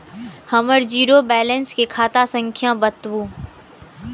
हमर zero balance के खाता संख्या बतबु?